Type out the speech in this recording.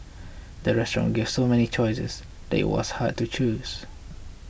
the restaurant gave so many choices that was hard to choose